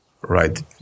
right